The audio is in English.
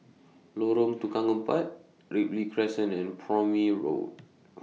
Lorong Tukang Empat Ripley Crescent and Prome Road